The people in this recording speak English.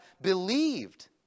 believed